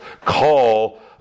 call